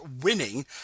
winning